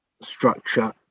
structure